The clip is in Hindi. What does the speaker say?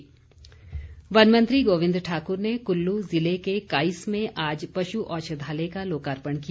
गोविंद ठाकुर वन मंत्री गोविंद ठाकुर ने कुल्लू ज़िले के काईस में आज पशु औषधालय का लोकार्पण किया